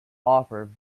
offer